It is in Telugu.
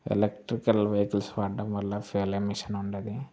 ఎలక్ట్రికల్ వెహికల్స్ వాడడం వల్ల ఫ్యూయల్ ఎమిషన్ ఉండదు